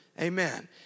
Amen